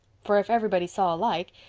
for if everybody saw alike.